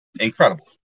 incredible